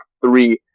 three